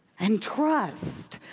and trust.